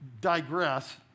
digress